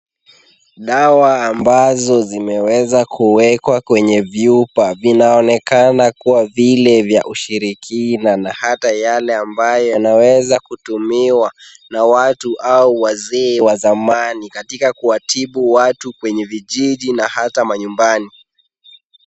Dawa ambazo zimeweza kuwekwa kwenye vyupa vinaonekana kuwa vile vya ushirikina na hata yale ambayo yanaweza kutumiwa na watu au wazee wa zamani katika kuwatibu watu kwenye vijiji na hata manyumbani .